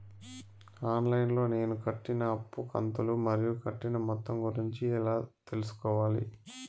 On line లో నేను కట్టిన అప్పు కంతులు మరియు కట్టిన మొత్తం గురించి ఎలా తెలుసుకోవాలి?